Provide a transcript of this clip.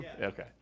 Okay